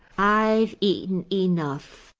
i've eaten enough,